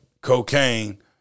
cocaine